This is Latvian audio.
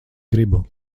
gribu